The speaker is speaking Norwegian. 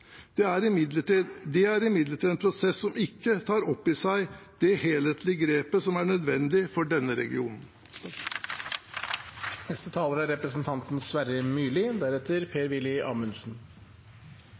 Det er imidlertid en prosess som ikke tar opp i seg det helhetlige grepet som er nødvendig for denne